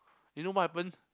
you know what happen